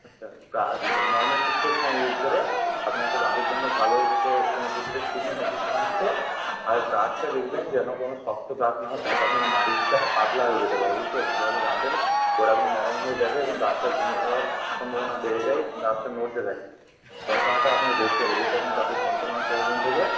আচ্ছা normal toothpaste না use করে আপনি একটা দাঁতের জন্য ভালো হচ্ছে কোনো টুথপেস্ট কিনুন ওষুধের দোকান থেকে আর ব্রাশটা দেখবেন যেন কোনো শক্ত ব্রাশ না হয় তাতে আপনার মাড়িটা পাতলা হয়ে যেতে পারে বুঝতে পারছেন তাহলে দাঁতের গোড়াগুলো নরম হয়ে যাবে এবং দাঁতটা ভেঙে যাওয়ার সম্ভাবনা বেড়ে যায় দাঁতটা নড়তে থাকে যন্ত্রণাটা আপনার বেশি হবে যেহেতু আপনার দাঁতের যন্ত্রণা হচ্ছে এতদিন থেকে